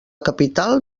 capital